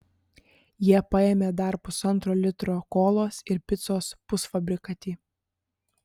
jie paėmė dar pusantro litro kolos ir picos pusfabrikatį